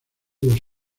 dos